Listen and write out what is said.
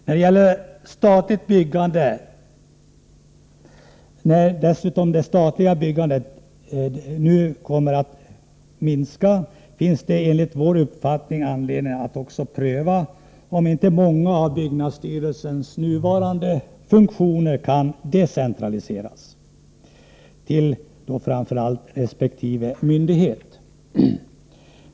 När det statliga byggandet nu dessutom minskar, finns det enligt vår uppfattning anledning att pröva om inte många av byggnadsstyrelsens nuvarande funktioner kan decentraliseras till framför allt resp. myndighet.